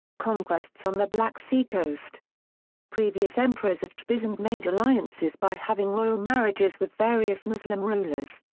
conquests on the black sea coast previous emperors of trebizond made alliances by having royal marriages with various muslim rulers.